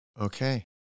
Okay